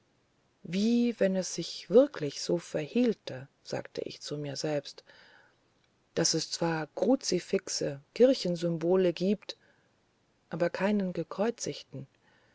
wie wenn es sich wirklich so verhielte sagte ich zu mir selbst daß es zwar kruzifixe kirchensymbole gibt aber keinen gekreuzigten